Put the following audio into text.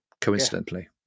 coincidentally